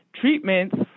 treatments